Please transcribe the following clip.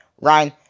Ryan